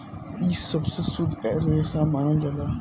इ सबसे शुद्ध रेसा मानल जाला